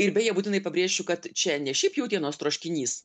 ir beje būtinai pabrėšiu kad čia ne šiaip jautienos troškinys